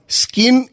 skin